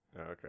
Okay